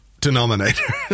denominator